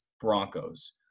broncos